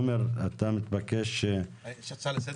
- יש לי הצעה לסדר.